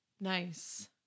nice